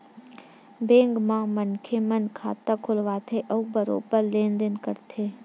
bank म मनखे मन खाता खोलवाथे अउ बरोबर लेन देन करथे